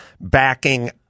backing